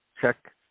check